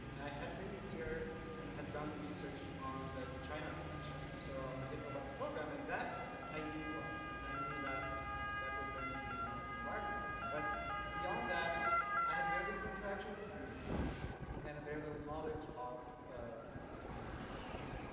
i had been here and had done research on the china collection so i did know about the program, and that i knew well and i knew that that was going to be a nice environment for me. but beyond that i had very little interaction with the community and a very little knowledge of the community here.